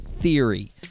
Theory